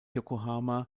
yokohama